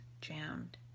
jammed